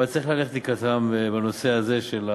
וצריך ללכת לקראתם בנושא הזה.